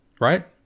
right